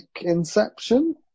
Inception